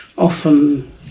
Often